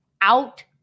out